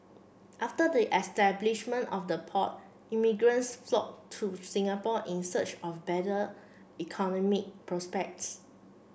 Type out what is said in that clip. after the establishment of the port immigrants flock to Singapore in search of better economic prospects